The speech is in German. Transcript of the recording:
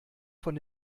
von